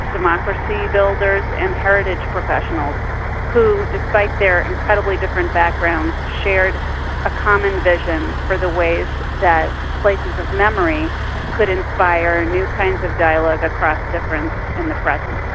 democracy builders, and heritage professionals who despite their incredibly different backgrounds, shared a common vision for the ways that places of memory could inspire new kinds of dialogue across difference in the present.